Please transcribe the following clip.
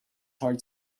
heart